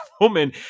woman